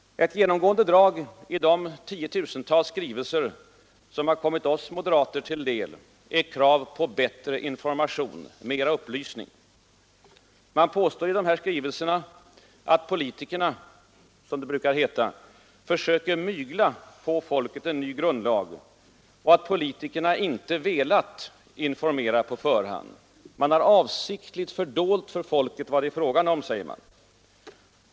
Ett genomgående drag i de tiotusentals skrivelser som kommit oss moderater till del är krav på bättre information. Man påstår i dessa skrivelser att politikerna — som det brukar heta — försöker ”mygla på” folket en ny grundlag och att de inte velat informera på förhand. Politikerna har, säger man, avsiktligt fördolt för folket vad det är fråga om.